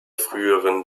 früheren